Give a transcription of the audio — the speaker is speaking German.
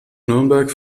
nürnberg